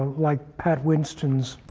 like pat winston's